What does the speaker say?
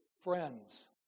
friends